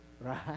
right